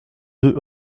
deux